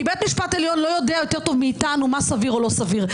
כי בית משפט עליון לא יודע יותר טוב מאיתנו מה סביר או לא סביר.